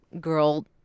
girl